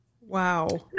Wow